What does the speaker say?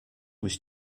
was